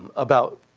about